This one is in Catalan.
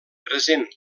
present